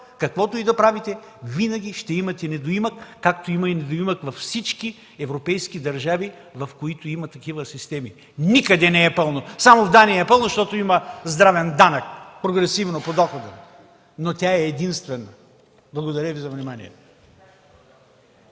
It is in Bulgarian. каквото и да правите винаги ще имате недоимък, както има недоимък във всички европейски държави, в които има такива системи. Никъде не е пълно. Само в Дания е пълно, защото има здравен данък – прогресивно подоходен. Но тя е единствена. Благодаря за вниманието.